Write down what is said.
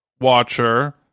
watcher